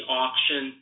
auction